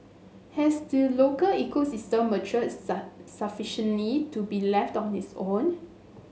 has the local ecosystem matured sufficiently to be left on its own